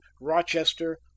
Rochester